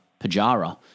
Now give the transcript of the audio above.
Pajara